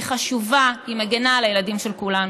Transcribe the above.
היא חשובה, היא מגינה על הילדים של כולנו.